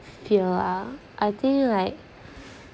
fear ah I think like